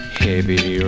heavy